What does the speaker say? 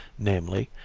namely,